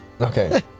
Okay